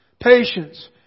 patience